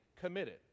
committed